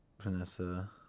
Vanessa